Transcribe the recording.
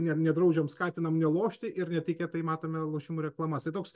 ne nedraudžiam skatinam nelošti ir netikėtai matome lošimų reklamas tai toks